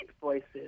voices